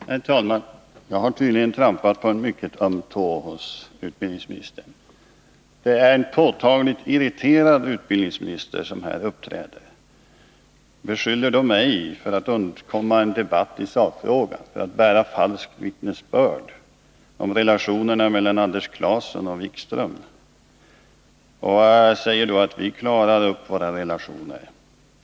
Herr talman! Jag har tydligen trampat på en mycket öm tå hos utbildningsministern. Det är en påtagligt irriterad utbildningsminister som uppträder här. Han beskyller mig för att undvika en debatt i sakfrågan, för att bära falskt vittnesbörd om relationerna mellan Anders Clason och Jan-Erik Wikström. Och han säger att ”vi klarar våra relationer”.